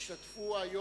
בבקשה.